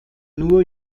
nur